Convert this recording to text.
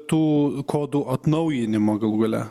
tų kodų atnaujinimą galų gale